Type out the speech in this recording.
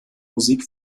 musik